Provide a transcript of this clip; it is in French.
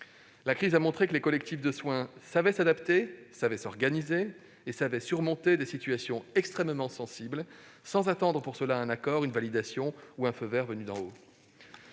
La crise a montré que les collectifs de soins savaient s'adapter, s'organiser et surmonter des situations extrêmement sensibles sans attendre un accord, une validation ou un feu vert venu d'en haut.